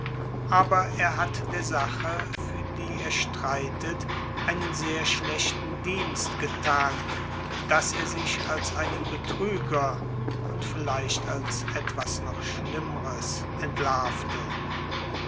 aber er hat der sache für die er streitet einen sehr schlechten dienst getan daß er sich als einen betrüger und vielleicht als etwas noch schlimmres entlarvte